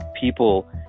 people